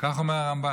כך אומר הרמב"ן.